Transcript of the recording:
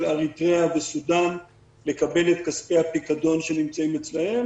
אריתריאה וסודן לקבל את כספי הפיקדון שנמצאים אצלם.